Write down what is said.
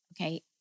Okay